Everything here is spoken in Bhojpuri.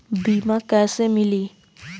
बीमा कैसे मिली?